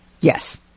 Yes